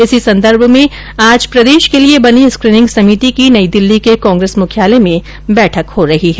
इसी संदर्भ में आज प्रदेश के लिये बनी स्क्रीनिंग समिति की नई दिल्ली के कांग्रेस मुख्यालय में बैठक हो रही है